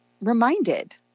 reminded